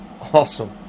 awesome